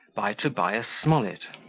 by tobias smollett